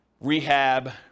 rehab